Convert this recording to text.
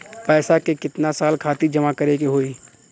पैसा के कितना साल खातिर जमा करे के होइ?